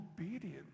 obedient